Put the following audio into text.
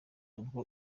ngo